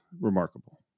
remarkable